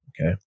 Okay